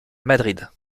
madrid